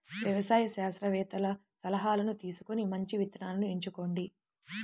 వ్యవసాయ శాస్త్రవేత్తల సలాహాను తీసుకొని మంచి విత్తనాలను ఎంచుకోండి